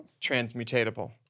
transmutatable